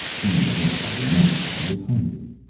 being awake, i remembered that i was hungry.